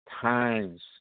times